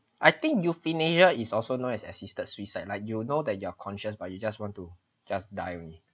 I think euthanasia is also known as assisted suicide like you know that you are conscious but you just want to just die already